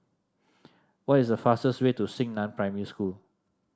what is the fastest way to Xingnan Primary School